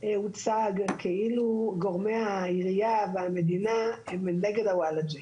הוצג כאילו גורמי העירייה והמדינה הם נגד הוולאג'ה,